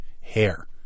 hair